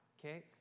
Okay